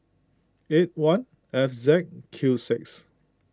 eight one F Z Q six